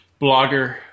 Blogger